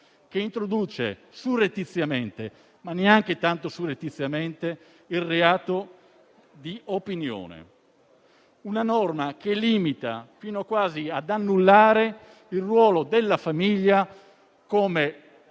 che introduce surrettiziamente (ma neanche tanto surrettiziamente) il reato di opinione; una norma che limita, fino quasi ad annullare, il ruolo della famiglia come luogo